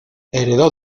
heredó